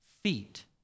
feet